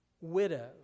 widow